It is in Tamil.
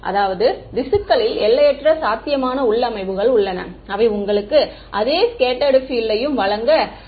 அதாவது திசுக்களில் எல்லையற்ற சாத்தியமான உள்ளமைவுகள் உள்ளன அவை உங்களுக்கு அதே ஸ்கெட்ட்டர்டு பீல்டையும் வழங்க சதி செய்யலாம்